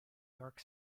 york